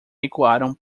ecoaram